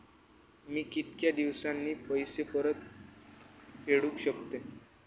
मी कीतक्या दिवसांनी पैसे परत फेडुक शकतय?